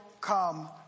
come